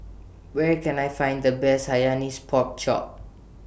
Where Can I Find The Best Hainanese Pork Chop